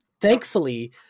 thankfully